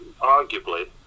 arguably